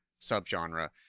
subgenre